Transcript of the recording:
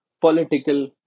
political